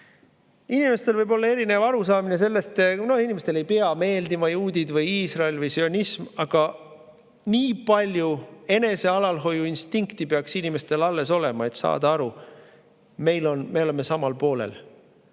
Inimestel võib olla sellest erinev arusaamine, inimestele ei pea meeldima juudid või Iisrael või sionism, aga nii palju enesealalhoiuinstinkti peaks inimestel alles olema, et saada aru: me oleme samal poolel,